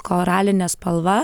koralinė spalva